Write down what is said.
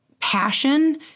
passion